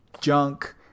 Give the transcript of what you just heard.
junk